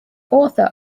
author